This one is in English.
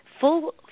full